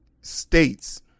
states